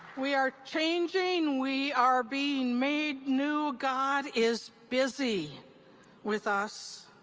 we are changing. we are being made new. god is busy with us.